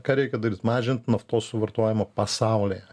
ką reikia daryt mažint naftos suvartojimą pasaulyje